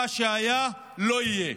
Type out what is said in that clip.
מה שהיה לא יהיה,